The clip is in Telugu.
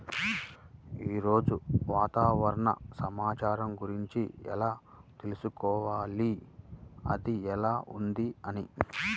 ఈరోజు వాతావరణ సమాచారం గురించి ఎలా తెలుసుకోవాలి అది ఎలా ఉంది అని?